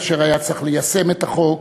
כאשר היה צריך ליישם את החוק,